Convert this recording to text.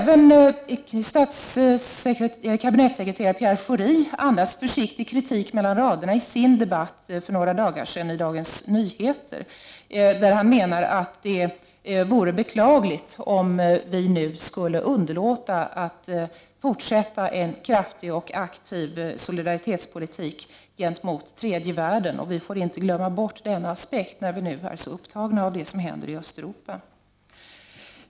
EES EST SST Även kabinettssekreterare Pierre Schori andas försiktig kritik mellan raderna i sin debattartikel häromdagen i Dagens Nyheter. Han menar att det vore beklagligt om vi nu skulle underlåta att fortsätta en kraftig och aktiv solidaritetspolitik gentemot tredje världen och att vi inte får glömma bort denna aspekt när vi är så upptagna av det som händer i Östeuropa.